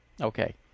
Okay